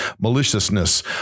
maliciousness